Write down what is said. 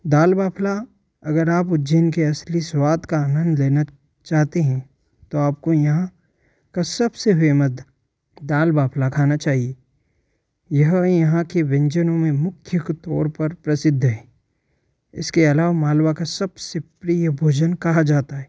दाल बाफ़ला अगर आप उज्जैन के असली स्वाद का आनंद लेना चाहते हैं तो आपको यहाँ का सबसे फ़ेमत दाल बाफ़ला खाना चाहिए यही यहाँ के व्यंजनों में मुख्य तौर पर प्रसिद्ध है इसके अलावा मालवा का सबसे प्रिय भोजन कहा जाता है